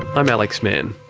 i'm alex mann.